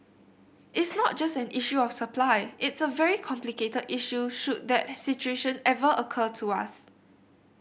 it's not just an issue of supply it's a very complicated issue should that situation ever occur to us